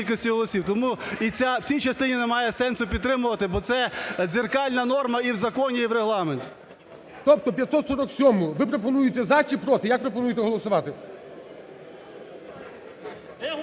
Тому і в цій частині немає сенсу підтримувати, бо це дзеркальна норма і в законі, і в Регламенті. ГОЛОВУЮЧИЙ. Тобто 547-у ви пропонуєте за чи проти, як ви пропонуєте голосувати?